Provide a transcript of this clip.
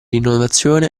innovazione